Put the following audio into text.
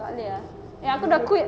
takleh ah no aku dah quit